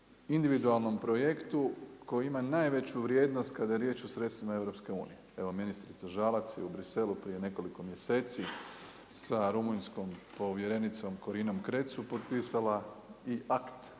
individualnom projektu koji ima najveću vrijednost kada je riječ o sredstvima EU. Evo ministrica Žalac je u Bruxellesu prije nekoliko mjeseci sa rumunjskom povjerenicom Corinom Creţu potpisala i akt